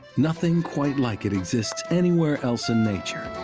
nothing quite like it exists anywhere else in nature.